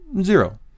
zero